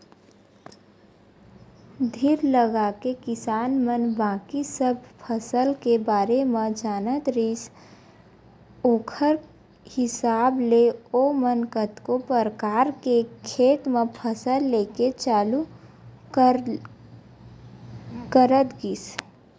धीर लगाके किसान मन बाकी सब फसल के बारे म जानत गिस ओखर हिसाब ले ओमन कतको परकार ले खेत म फसल लेके चालू करत गिस